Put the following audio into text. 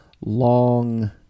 long